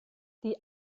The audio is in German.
die